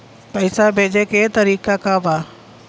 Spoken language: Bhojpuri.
पैसा भेजे के तरीका का बा?